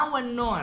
מה הוא הנוהל?